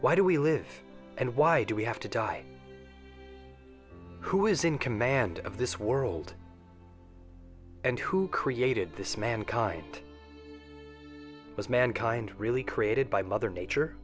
why do we live and why do we have to die who is in command of this world and who created this mankind was mankind really created by mother nature